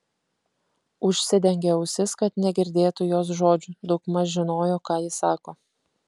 užsidengė ausis kad negirdėtų jos žodžių daugmaž žinojo ką ji sako